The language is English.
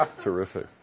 Terrific